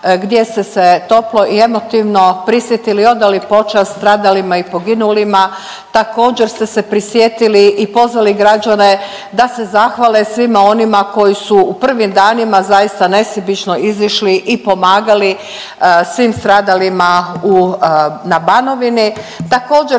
gdje ste se toplo i emotivno prisjetili i odali počast stradalima i poginulima, također ste se prisjetili i pozvali građane da se zahvale svima onima koji su u prvim danima zaista nesebično izišli i pomagali svim stradalima u, na Banovini. Također